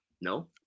no